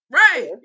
right